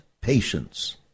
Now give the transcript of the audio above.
patience